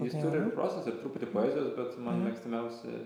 jis turi ir prozos ir truputį poezijos bet mano mėgstamiausia